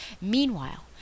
Meanwhile